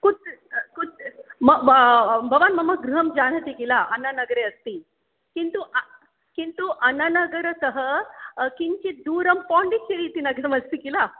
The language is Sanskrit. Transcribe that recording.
कुत् कुत् भवान् मम गृहं जानाति किल अन्नानगरे अस्ति किन्तु किन्तु अ अन्नानगरतः किञ्चित् दूरं पाण्डिचेरी इति नगरम् अस्ति किल